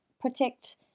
protect